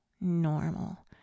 normal